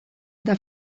eta